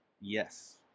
yes